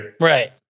Right